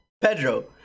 Pedro